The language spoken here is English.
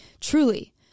Truly